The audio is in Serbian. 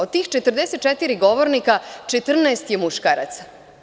Od tih 44 govornika 14 je muškaraca.